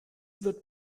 wird